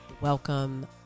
Welcome